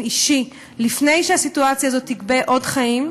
אישי לפני שהסיטואציה תגבה עוד חיים,